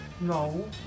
No